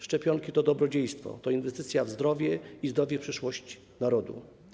Szczepionki to dobrodziejstwo, to inwestycja w zdrowie i zdrową przyszłość narodu.